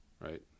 Right